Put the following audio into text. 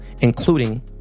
including